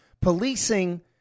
policing